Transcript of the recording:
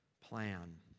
plan